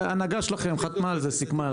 ההנהגה שלכם חתמה על זה, סיכמה על זה.